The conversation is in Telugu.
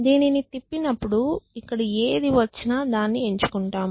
దీనిని తిప్పినప్పుడు ఇక్కడ ఏది వచ్చినా దాన్ని ఎంచుకుంటాము